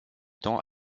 temps